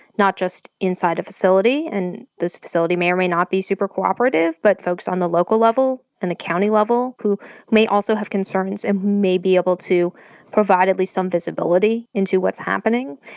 not just inside a facility, and the facility may or may not be super cooperative, but folks on the local level, and the county level who may also have concerns and may be able to provide at least some visibility into what's happening.